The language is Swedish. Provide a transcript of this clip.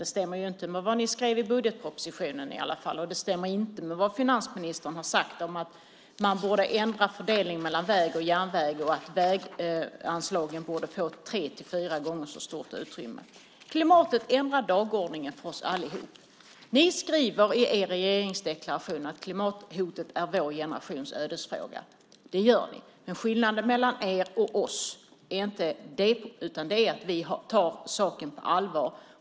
Det stämmer inte med vad ni skrev i budgetpropositionen i alla fall, och det stämmer inte med vad finansministern har sagt om att man borde ändra fördelningen mellan väg och järnväg och att väganslagen borde få tre fyra gånger så stort utrymme. Klimatet ändrar dagordningen för oss allihop. Ni skriver i er regeringsdeklaration att klimathotet är vår generations ödesfråga. Men skillnaden mellan er och oss är inte det, utan det är att vi tar saken på allvar.